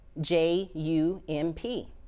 J-U-M-P